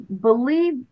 believe